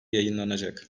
yayınlanacak